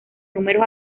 números